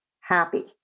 happy